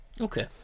Okay